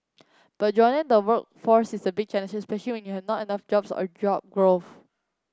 but joining the workforce is a big challenge especially when you have not enough jobs or job